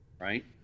right